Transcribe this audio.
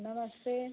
नमस्ते